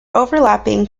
overlapping